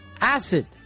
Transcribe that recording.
acid